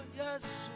yes